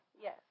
Yes